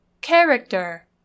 Character